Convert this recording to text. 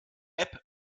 app